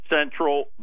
central